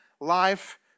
life